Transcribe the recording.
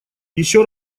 еще